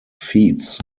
feats